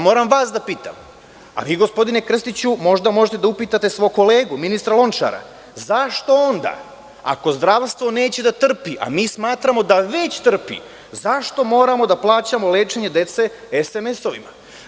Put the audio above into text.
Moram vas da pitam, a vi gospodine Krstiću možda možete da upitate svog kolegu ministra Lončara, zašto onda, ako zdravstvo neće da trpi, a mi smatramo da već trpi, zašto moramo da plaćamo lečenje dece SMS-ovima?